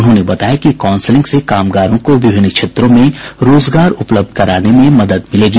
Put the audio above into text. उन्होंने बताया कि काउंसलिंग से कामगारों को विभिन्न क्षेत्रों में रोजगार उपलब्ध कराने में मदद मिलेगी